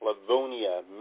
Livonia